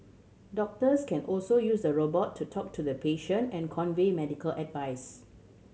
doctors can also use the robot to talk to the patient and convey medical advice